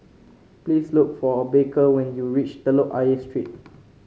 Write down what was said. please look for Baker when you reach Telok Ayer Street